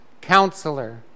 Counselor